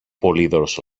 πολύδωρος